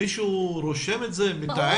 מישהו רושם את זה, מתעד את זה?